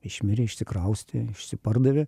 išmirė išsikraustė išsipardavė